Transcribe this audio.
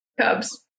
cubs